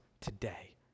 today